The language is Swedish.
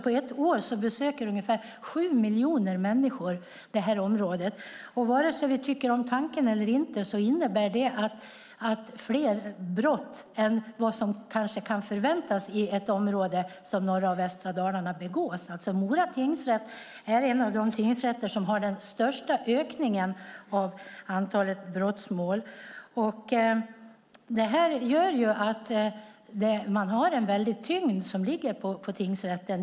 På ett år besöker ungefär sju miljoner människor det här området. Vare sig vi tycker om tanken eller inte innebär det att fler brott begås än vad som kanske kan förväntas i ett område som norra och västra Dalarna. Mora tingsrätt är en av de tingsrätter som har den största ökningen av antalet brottmål. Det här gör att det ligger en väldig tyngd på tingsrätten.